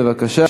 יש בקשות